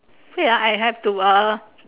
here I have to uh